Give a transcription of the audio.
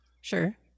Sure